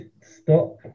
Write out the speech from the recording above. stop